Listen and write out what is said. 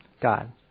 God